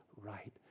right